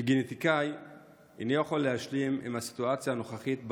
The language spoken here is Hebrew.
כגנטיקאי איני יכול להשלים עם הסיטואציה הנוכחית,